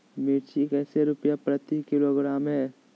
मिर्च कैसे रुपए प्रति किलोग्राम है?